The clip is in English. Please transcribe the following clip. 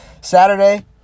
Saturday